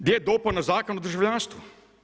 Gdje je dopuna Zakona o državljanstvu?